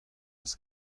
eus